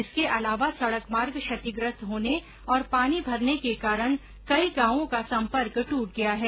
इसके अलावा सड़क मार्ग क्षतिग्रस्त होने और पानी भरने के कारण कई गांवों का संपर्क दूट गया है